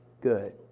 good